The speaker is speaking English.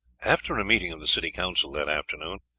after a meeting of the city council that afternoon,